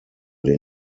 den